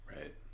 Right